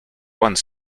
one